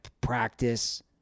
practice